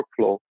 workflow